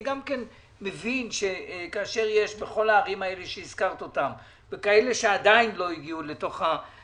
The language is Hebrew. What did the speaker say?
אני מבין שכאשר יש את הערים האלה וגם ערים נוספות שעוד לא הגענו אליהם,